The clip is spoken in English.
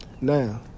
Now